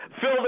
Fill